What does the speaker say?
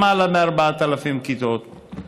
למעלה מ-4,000 כיתות.